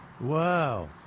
Wow